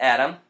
Adam